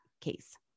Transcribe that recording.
case